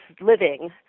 living